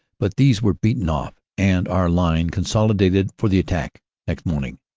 but these were beaten off and our line consolidated for the attack next morning.